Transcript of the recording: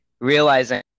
realizing